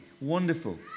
Wonderful